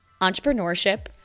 entrepreneurship